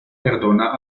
perdona